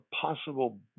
possible